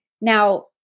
Now